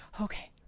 Okay